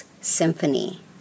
Symphony